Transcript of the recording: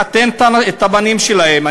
לחתן את הבנים שלהם.